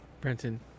Brenton